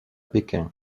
pékin